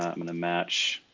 i'm gonna match